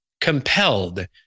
compelled